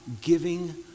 giving